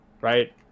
right